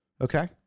Okay